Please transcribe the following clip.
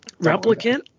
Replicant